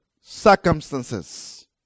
circumstances